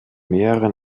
mehreren